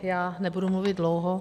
Já nebudu mluvit dlouho.